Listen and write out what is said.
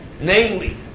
namely